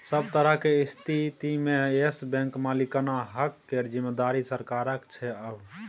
सभ तरहक स्थितिमे येस बैंकक मालिकाना हक केर जिम्मेदारी सरकारक छै आब